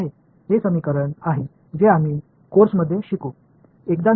எனவே இந்த சமன்பாடுகள் உடன் பாடத்திற்குள் செயல்படுவோம்